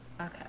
Okay